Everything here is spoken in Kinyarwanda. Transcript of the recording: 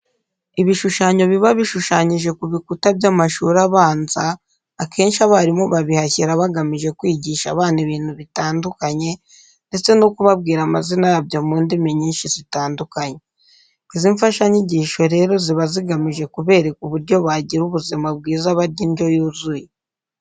Ibishushanyo biba bishushanyije ku bikuta by'amashuri abanza akenshi abarimu babihashyira bagamije kwigisha abana ibintu bitandukanye ndetse no kubabwira amazina yabyo mu ndimi nyinshi zitandukanye. Izi mfashanyigisho rero ziba zigamije kubereka uburyo bagira ubuzima bwiza barya indyo yuzuye.